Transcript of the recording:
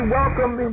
welcome